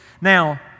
Now